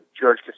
George